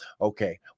Okay